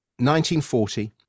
1940